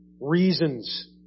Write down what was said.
reasons